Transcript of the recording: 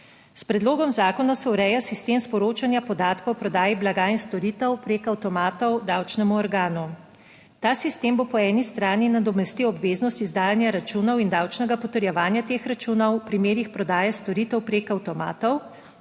S predlogom zakona se ureja sistem sporočanja podatkov o prodaji blaga in storitev preko avtomatov davčnemu organu. Ta sistem bo po eni strani nadomestil obveznost izdajanja računov in davčnega potrjevanja teh računov v primerih prodaje storitev preko avtomatov,